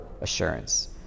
assurance